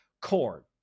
corn